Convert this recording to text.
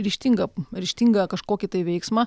ryžtingą ryžtingą kažkokį tai veiksmą